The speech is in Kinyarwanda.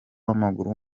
w’amaguru